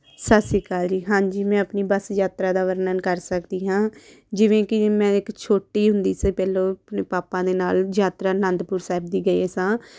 ਸਤਿ ਸ਼੍ਰੀ ਅਕਾਲ ਜੀ ਹਾਂਜੀ ਮੈਂ ਆਪਣੀ ਬੱਸ ਯਾਤਰਾ ਦਾ ਵਰਣਨ ਕਰ ਸਕਦੀ ਹਾਂ ਜਿਵੇਂ ਕਿ ਮੈਂ ਇੱਕ ਛੋਟੀ ਹੁੰਦੀ ਸੀ ਪਹਿਲੋਂ ਆਪਣੇ ਪਾਪਾ ਦੇ ਨਾਲ਼ ਯਾਤਰਾ ਅਨੰਦਪੁਰ ਸਾਹਿਬ ਦੀ ਗਏ ਸਾਂ